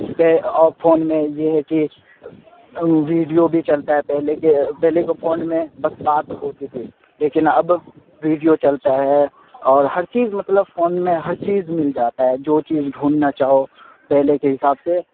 پے اور فون میں یہ ہے کہ ویڈیو بھی چلتا ہے پہلے کے پہلے کے فون میں بس بات ہوتی تھی لیکن اب ویڈیو چلتا ہے اور ہر چیز مطلب فون میں ہر چیز مل جاتا ہے جو چیز ڈھونڈنا چاہو پہلے کے حساب سے